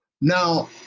Now